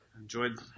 enjoyed